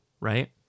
right